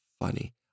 funny